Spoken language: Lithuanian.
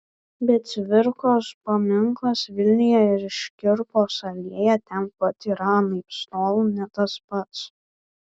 bet cvirkos paminklas vilniuje ir škirpos alėja ten pat yra anaiptol ne tas pats